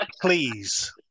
Please